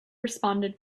responded